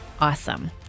Awesome